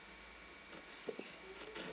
six